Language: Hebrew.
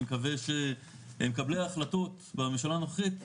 מקווה שמקבלי ההחלטות בממשלה הנוכחית,